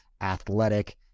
athletic